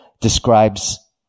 describes